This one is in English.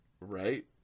right